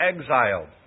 exiled